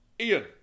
Ian